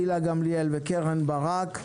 גילה גמליאל וקרן ברק.